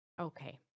Okay